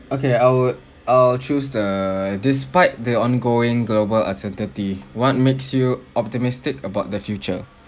okay I would I'll choose the despite the ongoing global uncertainty what makes you optimistic about the future